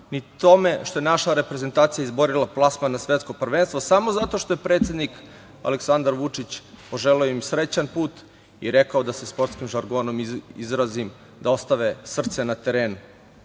ni tome što je naša reprezentacija izborila plasman na Svetsko prvenstvo samo zato što je predsednik Aleksandar Vučić poželeo im srećan put i rekao, da se sportskim žargonom izrazim, da ostave srce na terenu,